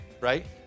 right